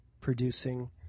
producing